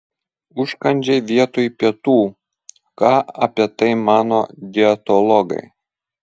užkandžiai vietoj pietų ką apie tai mano dietologai